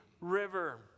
river